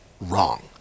wrong